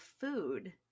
food